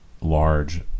large